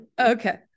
okay